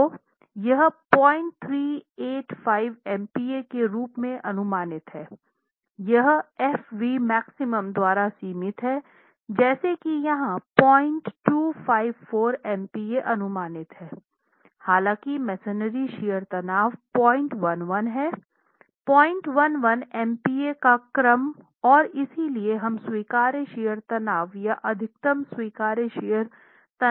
तो यह 0385 MPa के रूप में अनुमानित है यह F v max द्वारा सीमित है जैसा कि यहाँ 0254 MPa अनुमानित हैं हालांकि मेसनरी शियर तनाव 011 है 011 MPa का क्रम और इसलिए हम स्वीकार्य शियर तनाव या अधिकतम स्वीकार्य शियर तनाव के भीतर हैं